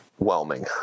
Whelming